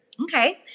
Okay